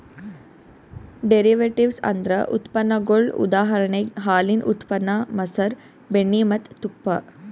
derivatives ಅಂದ್ರ ಉತ್ಪನ್ನಗೊಳ್ ಉದಾಹರಣೆಗ್ ಹಾಲಿನ್ ಉತ್ಪನ್ನ ಮಸರ್, ಬೆಣ್ಣಿ ಮತ್ತ್ ತುಪ್ಪ